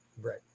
Right